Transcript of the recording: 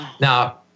Now